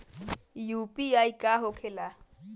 UPI का होखेला?